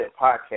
podcast